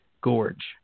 Gorge